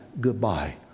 goodbye